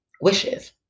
wishes